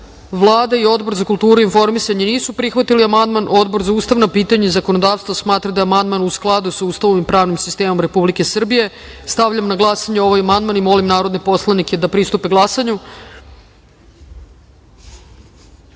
DS.Vlada i Odbor za kulturu i informisanje nisu prihvatili amandman. Odbor za ustavna pitanja i zakonodavstvo smatra da je amandman u skladu sa Ustavom i pravnim sistemom Republike Srbije. Stavljam na glasanje ovaj amandman. Molim narodne poslanike da pritisnu